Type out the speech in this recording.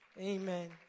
Amen